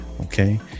okay